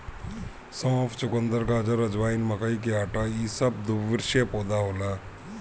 सौंफ, चुकंदर, गाजर, अजवाइन, मकई के आटा इ सब द्विवर्षी पौधा होला